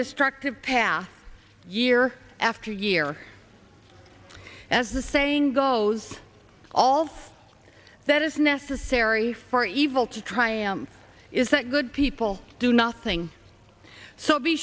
destructive path year after year as the saying goes all that is necessary for evil to triumph is that good people do nothing so be